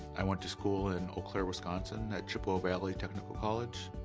i went to school and eau claire, wisconsin, at chippewa valley technical college,